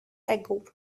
ago